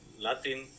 Latin